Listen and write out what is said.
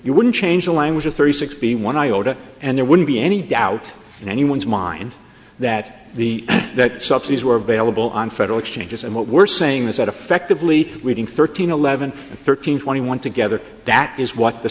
you wouldn't change the language of thirty six b one iota and there wouldn't be any doubt in anyone's mind that the subsidies were bailable on federal exchanges and what we're saying is that effectively reading thirteen eleven and thirteen twenty one together that is what the